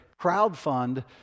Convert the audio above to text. crowdfund